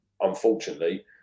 unfortunately